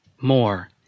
More